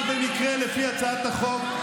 לפי הצעת החוק,